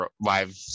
live